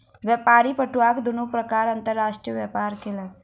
व्यापारी पटुआक दुनू प्रकारक अंतर्राष्ट्रीय व्यापार केलक